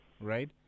right